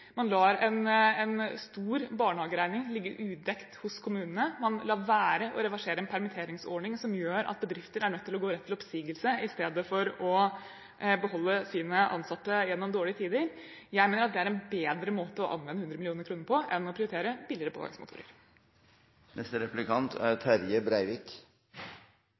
Man lar en stor barnehageregning ligge udekt hos kommunene. Man lar være å reversere en permitteringsordning som gjør at bedrifter er nødt til å gå rett til oppsigelse, i stedet for å beholde sine ansatte gjennom dårlige tider. Jeg mener at det er en bedre måte å anvende 100 mill. kr på enn å prioritere billigere påhengsmotorer. Representanten Marthinsen begynte innlegget sitt svært godt med å minna forsamlinga om at dette er